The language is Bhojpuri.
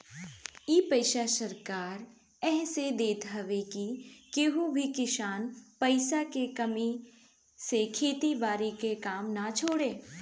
इ पईसा सरकार एह से देत हवे की केहू भी किसान पईसा के कमी से खेती बारी के काम ना छोड़े